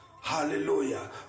Hallelujah